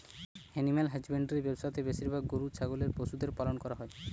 animal husbandry ব্যবসা তে বেশিরভাগ গরু ছাগলের পশুদের পালন করা হই